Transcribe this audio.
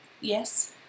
Yes